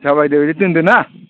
जाबाय दे दोन्दो ना